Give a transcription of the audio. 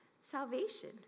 salvation